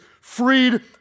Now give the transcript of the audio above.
freed